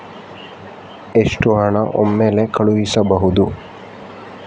ಎಷ್ಟು ಹಣ ಒಮ್ಮೆಲೇ ಕಳುಹಿಸಬಹುದು?